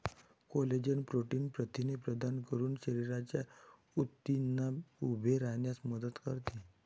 collagen protein प्रथिने प्रदान करून शरीराच्या ऊतींना उभे राहण्यास मदत करते